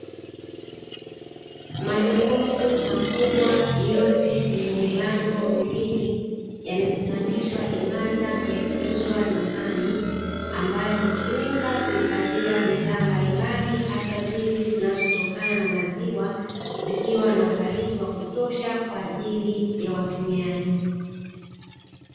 Majokofu makubwa yote yenye milango miwili yamesimamishwa imara yakiuzwa dukani, ambayo hutumika kuhifadhia bidhaa mbali mbali hasa zile zinazotokana na maziwa zikiwa na ubaridi wa kutosha kwa ajili ya watumiaji.